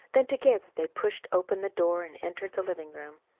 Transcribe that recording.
then together they pushed open the door and entered the living-room.